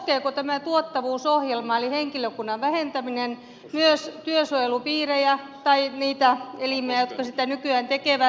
koskeeko tämä tuottavuusohjelma eli henkilökunnan vähentäminen myös työsuojelupiirejä tai niitä elimiä jotka sitä nykyään tekevät